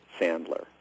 Sandler